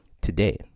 today